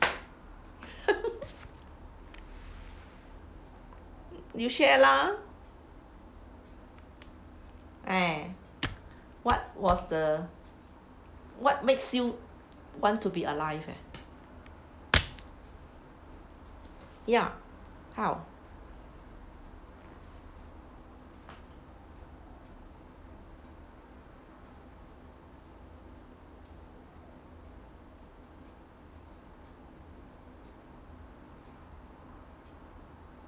you share lah eh what was the what makes you want to be alive eh ya how